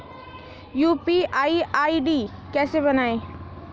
UPI ID कैसे बनाएं?